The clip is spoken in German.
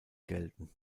gelten